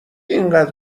اینقدر